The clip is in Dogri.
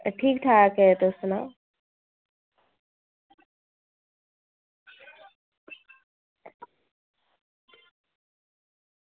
एह् ठीक ठाक तुस सनाओ